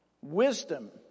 Wisdom